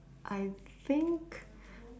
I think